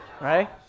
right